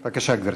בבקשה, גברתי.